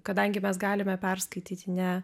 kadangi mes galime perskaityti ne